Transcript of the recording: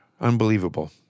Unbelievable